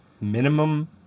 Minimum